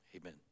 Amen